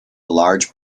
large